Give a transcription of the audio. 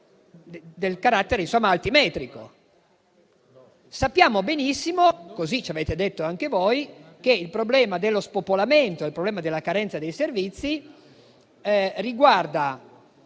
del carattere altimetrico. Sappiamo benissimo - così ci avete detto anche voi - che il problema dello spopolamento e della carenza dei servizi riguarda